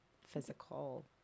physical